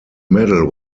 medal